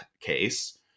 case